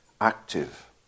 active